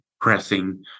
pressing